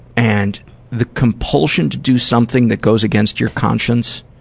and the compulsion to do something that goes against your conscience